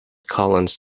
collins